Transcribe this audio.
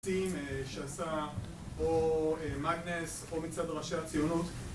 ...שעשה או מגנס או מצד ראשי הציונות